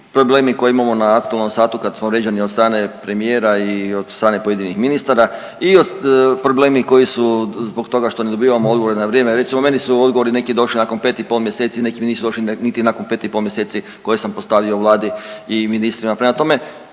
problemi koje imamo na aktualnom satu kad smo vrijeđani od strane premijera i od strane pojedinih ministara i problemi koji su zbog toga što ne dobivamo odgovore na vrijeme. Recimo meni su odgovori došli nakon 5 i pol mjeseci neki mi nisu došli niti nakon 5 i pol mjeseci koje sam postavio Vladi i ministrima. Prema tome